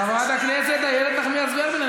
חברת הכנסת איילת נחמיאס ורבין,